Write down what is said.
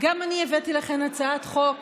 גם אני הבאתי לכאן הצעת חוק